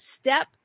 step